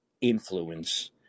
influence